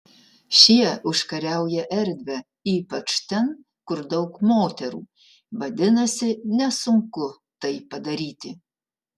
šie užkariauja erdvę ypač ten kur daug moterų vadinasi nesunku tai padaryti